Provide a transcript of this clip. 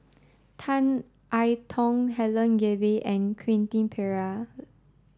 Tan I Tong Helen Gilbey and Quentin Pereira